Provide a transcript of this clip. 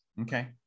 okay